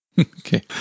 Okay